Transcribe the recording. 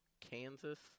Kansas